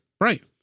Right